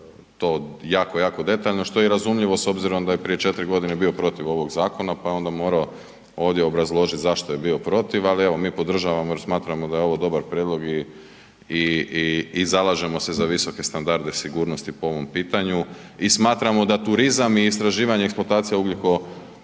to jako, jako detaljno, što je i razumljivo s obzirom da je prije 4.g. bio protiv ovog zakona, pa je onda morao ovdje obrazložit zašto je bio protiv, ali evo mi podržavamo jer smatramo da je ovo dobar prijedlog i, i, i zalažemo se za visoke standarde sigurnosti po ovom pitanju i smatramo da turizam i istraživanje eksploatacije ugljikovodika